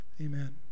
amen